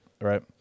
Right